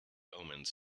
omens